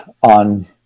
on